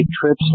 trips